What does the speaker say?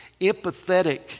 empathetic